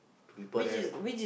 people there ve~